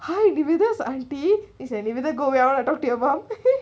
hi aunty he said Nivetha: nivetha's go away I want to talk to your mom